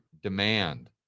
demand